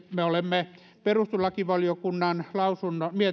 me olemme perustuslakivaliokunnan lausunnon